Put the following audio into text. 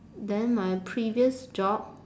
then my previous job